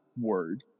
word